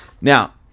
Now